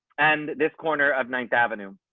and this corner of ninth avenue.